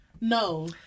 No